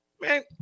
man